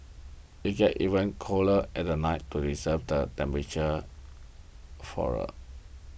it gets even colder at the night to reserve the temperate flora